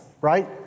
right